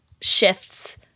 shifts